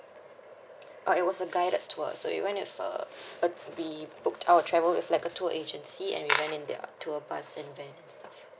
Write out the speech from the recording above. orh it was a guided tour so we went with a a the booked our travel it's like a tour agency and we went in their tour bus and van and stuff